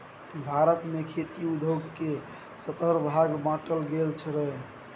भारत मे खेती उद्योग केँ सतरह भाग मे बाँटल गेल रहय